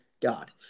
God